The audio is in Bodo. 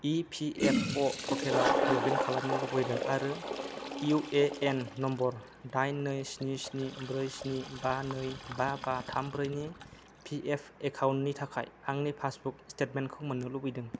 इ पि एफ अ' पर्टेलाव लग इन खालामनो लुबैदों आरो इउ ए एन नम्बर दाइन नै स्नि स्नि ब्रै स्नि बा नै बा बा थाम ब्रैनि पी एफ एकाउन्टनि थाखाय आंनि पासबुक स्टेटमेन्टखौ मोन्नो लुबैदों